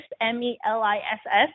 M-E-L-I-S-S